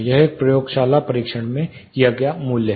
यह एक प्रयोगशाला परीक्षण में किया गया मूल्य है